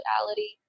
reality